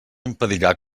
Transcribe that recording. impedirà